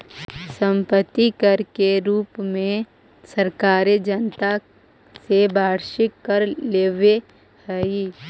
सम्पत्ति कर के रूप में सरकारें जनता से वार्षिक कर लेवेऽ हई